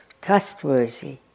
trustworthy